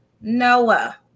Noah